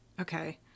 Okay